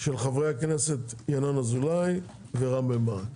של חברי הכנסת ינון אזולאי ורם בן ברק.